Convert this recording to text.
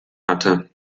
hatte